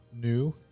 new